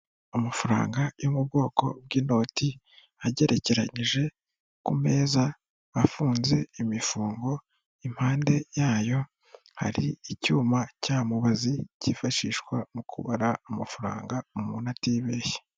Amafaranga yo mu bwoko bw'inoti agerekeranije ku meza afunze imifungo, impande yayo hari icyuma cya mubazi cyifashishwa mu kubara amafaranga umuntu atibeshye.